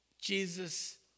Jesus